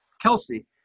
Kelsey